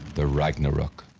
the ragnarok.